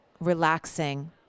relaxing